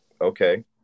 Okay